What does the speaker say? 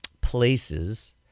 places